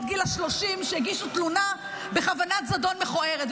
גיל 30 שהגישו תלונה בכוונת זדון מכוערת.